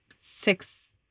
six